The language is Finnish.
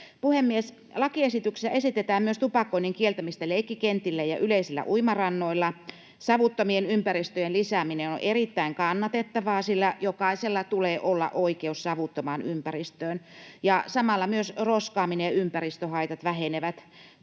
Lakiesityksessä esitetään myös tupakoinnin kieltämistä leikkikentillä ja yleisillä uimarannoilla. Savuttomien ympäristöjen lisääminen on erittäin kannatettavaa, sillä jokaisella tulee olla oikeus savuttomaan ympäristöön, ja samalla myös roskaaminen ja ympäristöhaitat vähenevät.